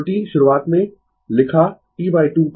त्रुटि शुरूवात में लिखा T2 π